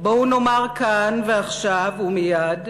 בואו נאמר כאן ועכשיו ומייד,